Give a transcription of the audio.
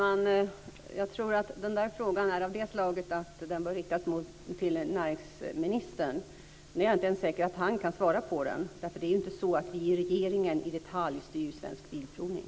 Herr talman! Den frågan är av det slaget att den bör riktas till näringsministern. Men jag är inte säker på att han kan svara på den. Det är inte så att vi i regeringen i detalj styr Svensk Bilprovning.